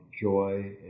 joy